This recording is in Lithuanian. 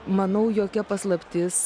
manau jokia paslaptis